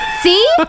See